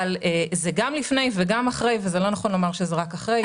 זה גם לפני וגם אחרי וזה לא נכון לומר שזה רק אחרי.